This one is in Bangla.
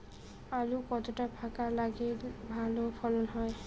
আলু কতটা ফাঁকা লাগে ভালো ফলন হয়?